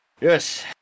Yes